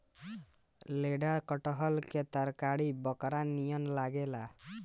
लेढ़ा कटहल के तरकारी बकरा नियन लागेला